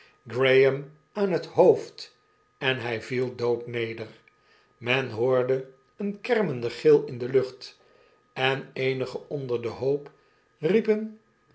graham aan het hoofd en hy viel dood neder men hoorde een kermenden gil in de lucht en eenigen onder den hoop riepen